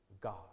God